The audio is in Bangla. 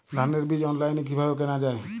ধানের বীজ অনলাইনে কিভাবে কেনা যায়?